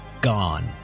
gone